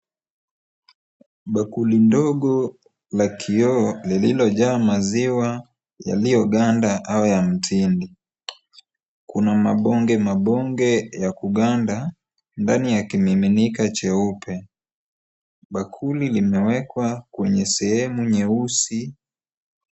Bakuli ndogo, la kioo, lililojaa maziwa yaliyoganda au ya mtindi. Kuna mabonge mabonge ya kuganda, ndani ya kimiminika cheupe. Bakuli limewekwa kwenye sehemu nyeusi.